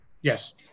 Yes